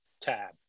tab